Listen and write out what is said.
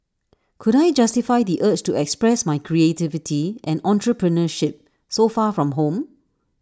could I justify the urge to express my creativity and entrepreneurship so far from home